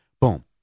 Boom